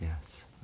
yes